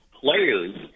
players